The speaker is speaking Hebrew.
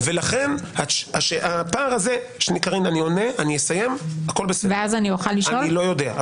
-- אז הם אלה שיכתיבו, האם מדובר פה -- אבל